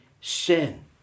sin